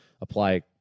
apply